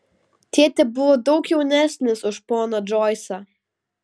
tėtė buvo daug jaunesnis už poną džoisą